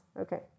okay